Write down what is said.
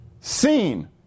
seen